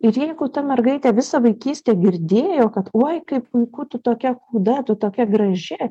ir jeigu ta mergaitė visą vaikystę girdėjo kad oi kaip puiku tu tokia kūda tu tokia graži